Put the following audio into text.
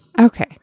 okay